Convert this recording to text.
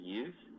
use